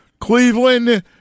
Cleveland